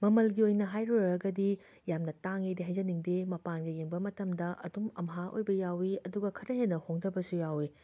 ꯃꯃꯜꯒꯤ ꯑꯣꯏꯅ ꯍꯥꯏꯔꯨꯔꯒꯗꯤ ꯌꯥꯝꯅ ꯇꯥꯡꯉꯦꯗꯤ ꯍꯥꯏꯖꯅꯤꯡꯗꯦ ꯃꯄꯥꯟꯒ ꯌꯦꯡꯕ ꯃꯇꯝꯗ ꯑꯗꯨꯝ ꯑꯝꯍꯥ ꯑꯣꯏꯕ ꯌꯥꯎꯏ ꯑꯗꯨꯒ ꯈꯔ ꯍꯦꯟꯅ ꯍꯣꯡꯊꯕꯁꯨ ꯌꯥꯎꯏ